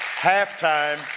halftime